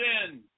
sin